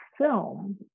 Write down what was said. film